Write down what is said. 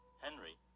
Henry